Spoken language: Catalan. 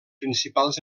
principals